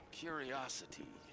curiosity